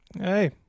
Hey